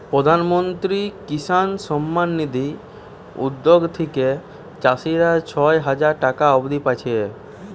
প্রধানমন্ত্রী কিষান সম্মান নিধি উদ্যগ থিকে চাষীরা ছয় হাজার টাকা অব্দি পাচ্ছে